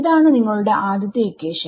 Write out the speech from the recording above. ഇതാണ് നിങ്ങളുടെ ആദ്യത്തെ ഇക്വേഷൻ